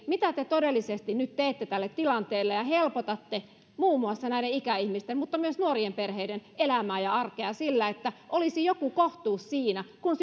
mitä te todellisesti nyt teette tälle tilanteelle ja miten helpotatte muun muassa näiden ikäihmisten mutta myös nuorien perheiden elämää ja arkea että olisi joku kohtuus siinä kun